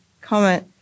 comment